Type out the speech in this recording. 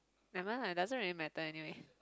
never mind lah it doesn't really matter anyway